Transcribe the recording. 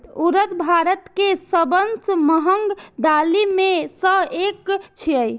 उड़द भारत के सबसं महग दालि मे सं एक छियै